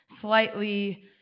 slightly